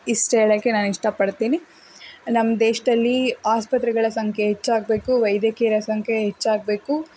ಇಷ್ಟ್ ಹೇಳೋಕ್ಕೆ ನಾನು ಇಷ್ಟಪಡ್ತೀನಿ ನಮ್ಮ ದೇಶದಲ್ಲಿ ಆಸ್ಪತ್ರೆಗಳ ಸಂಖ್ಯೆ ಹೆಚ್ಚಾಗಬೇಕು ವೈದ್ಯಕೀಯರ ಸಂಖ್ಯೆ ಹೆಚ್ಚಾಗಬೇಕು